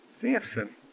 Samson